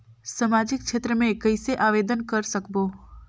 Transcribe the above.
समाजिक क्षेत्र मे कइसे आवेदन कर सकबो?